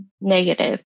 negative